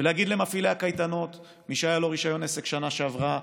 ולהגיד למפעילי הקייטנות: מי שהיה לו רישיון עסק בשנה שעברה,